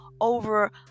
over